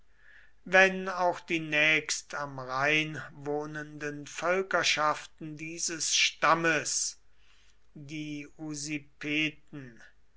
wenn auch die nächst am rhein wohnenden völkerschaften dieses stammes die